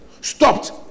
stopped